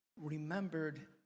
remembered